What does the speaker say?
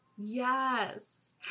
Yes